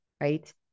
right